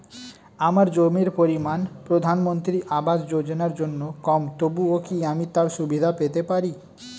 আমার জমির পরিমাণ প্রধানমন্ত্রী আবাস যোজনার জন্য কম তবুও কি আমি তার সুবিধা পেতে পারি?